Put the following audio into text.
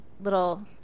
little